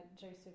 Joseph